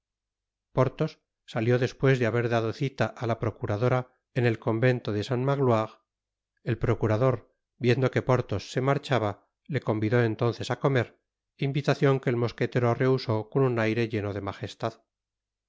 porthos salió despues de haber dado cita á la procuradora en el convento de saint magloire el procurador viendo que porthos se marchaba le convidó entonces á comer invitacion que el mosquetero rehusó con un aire lleno de majestad